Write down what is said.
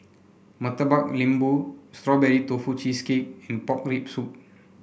Murtabak Lembu Strawberry Tofu Cheesecake and Pork Rib Soup